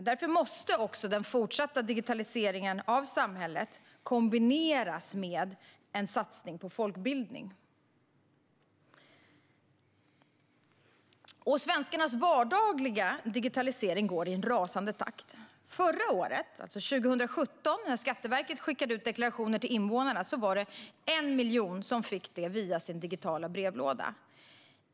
Därför måste också den fortsatta digitaliseringen av samhället kombineras med en satsning på folkbildning. Svenskarnas vardagliga digitalisering går i en rasande takt. När Skatteverket 2017 skickade ut deklarationerna till invånarna var det 1 miljon som fick den via sin digitala brevlåda.